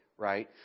Right